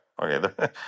Okay